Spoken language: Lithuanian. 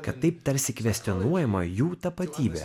kad taip tarsi kvestionuojama jų tapatybė